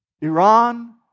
Iran